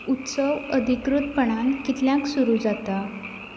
उत्सव अधिकृतपणान कितल्यांक सुरू जाता